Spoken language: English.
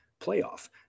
playoff